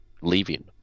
leaving